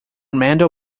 mendel